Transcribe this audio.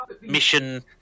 mission